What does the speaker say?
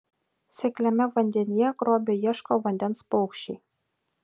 sekliame vandenyje grobio ieško vandens paukščiai